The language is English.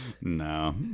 No